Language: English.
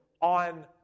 on